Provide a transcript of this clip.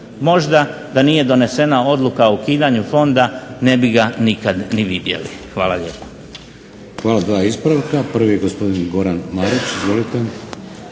Možda da nije donesena odluka o ukidanju fonda, ne bi ga nikad ni vidjeli. Hvala lijepa. **Šeks, Vladimir (HDZ)** Hvala. Dva ispravka. Prvi gospodin Goran Marić. Izvolite.